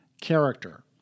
character